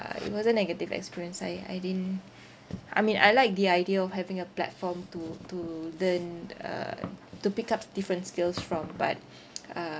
it was a negative experience I I didn't I mean I like the idea of having a platform to to learn uh to pick up different skills from but uh